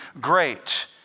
great